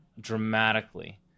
dramatically